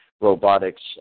robotics